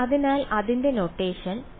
അതിനാൽ അതിന്റെ notation PV